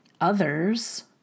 others